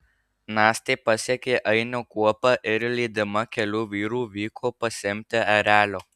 nastė pasiekė ainio kuopą ir lydima kelių vyrų vyko pasiimti erelio